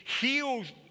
heals